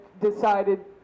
decided